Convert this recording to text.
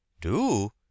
Do